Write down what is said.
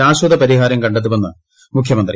ശാശ്വത പരിഹാരം കണ്ടെത്തുമെന്ന് മുഖ്യമന്ത്രി